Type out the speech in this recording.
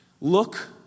look